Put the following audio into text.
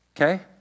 Okay